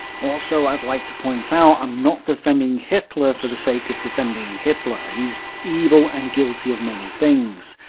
also, i'd like to point out, i'm not defending hitler for the sake of defending hitler. he's evil and guilty of many things.